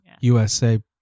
USA